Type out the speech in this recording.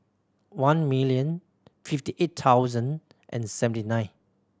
one million fifty eight thousand and seventy nine